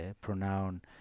pronoun